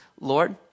Lord